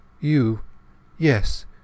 You—yes